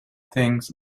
things